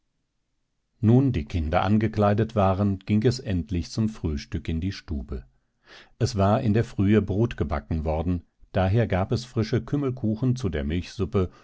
nun die kinder angekleidet waren ging es endlich zum frühstück in die stube es war in der frühe brot gebacken worden daher gab es frische kümmelkuchen zu der milchsuppe